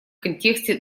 контексте